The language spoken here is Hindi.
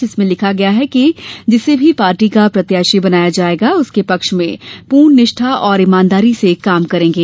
जिसमें लिखा गया है कि जिसे भी पार्टी का प्रत्याशी बनाया जायेगा उसके पक्ष में पूर्ण निष्ठा और इमानदारी से काम करेंगे